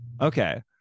okay